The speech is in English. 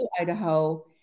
Idaho